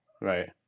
Right